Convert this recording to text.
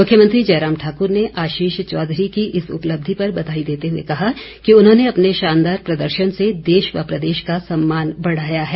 मुख्यमंत्री जयराम ठाकुर ने आशीष चौधरी की इस उपलब्धि पर बधाई देते हुए कहा कि उन्होंने अपने शानदार प्रदर्शन से देश व प्रदेश का सम्मान बढ़ाया है